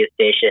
station